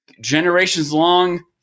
generations-long